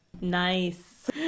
Nice